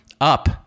up